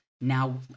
Now